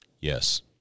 Yes